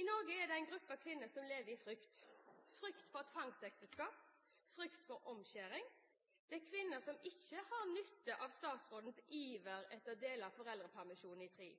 I Norge er det en gruppe kvinner som lever i frykt – frykt for tvangsekteskap, frykt for omskjæring. Det er kvinner som ikke har nytte av statsrådens iver etter å dele foreldrepermisjonen i